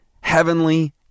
heavenly